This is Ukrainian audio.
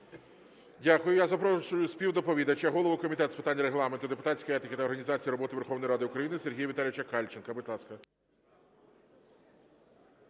Дякую. Я запрошую співдоповідача – голову Комітету з питань Регламенту, депутатської етики та організації роботи Верховної Ради України Сергія Віталійовича Кальченка.